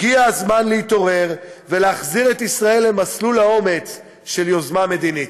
הגיע הזמן להתעורר ולהחזיר את ישראל למסלול האומץ של יוזמה מדינית.